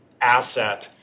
asset